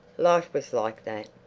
life was like that.